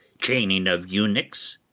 chaining of eunuchs,